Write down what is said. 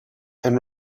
and